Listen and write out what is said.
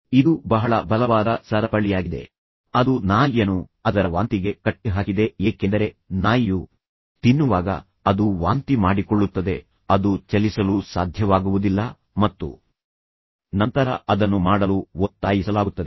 ಇದು ಬಹಳ ಬಲವಾದ ಸರಪಳಿಯಾಗಿದೆ ಅದು ನಾಯಿಯನ್ನು ಅದರ ವಾಂತಿಗೆ ಕಟ್ಟಿಹಾಕಿದೆ ಏಕೆಂದರೆ ನಾಯಿಯು ತಿನ್ನುವಾಗ ಅದು ವಾಂತಿ ಮಾಡಿಕೊಳ್ಳುತ್ತದೆ ಅದು ಚಲಿಸಲು ಸಾಧ್ಯವಾಗುವುದಿಲ್ಲ ಮತ್ತು ನಂತರ ಅದನ್ನು ಮಾಡಲು ಒತ್ತಾಯಿಸಲಾಗುತ್ತದೆ